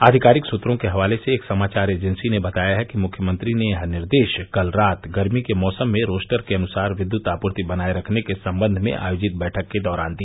आधिकारिक सूत्रों के हवाले से एक समाचार एजेंसी ने बताया है कि मुख्यमंत्री ने यह निर्देश कल रात गर्मी के मौसम में रोस्टर के अनुसार विद्युत आपूर्ति बनाये रखने के सम्बन्ध में आयोजित बैठक के दौरान दिया